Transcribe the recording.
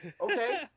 Okay